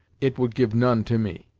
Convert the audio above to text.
it would give none to me.